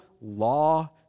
law